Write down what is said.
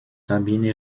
sabine